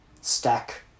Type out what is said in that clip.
stack